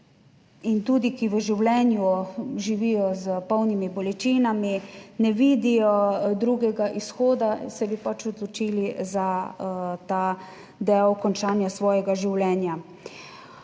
tudi, ki v življenju živijo s polnimi bolečinami, ne vidijo drugega izhoda, se bi pač odločili za ta del končanja svojega življenja.